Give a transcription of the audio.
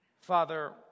Father